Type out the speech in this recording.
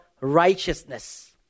righteousness